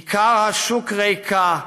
'כיכר השוק ריקה,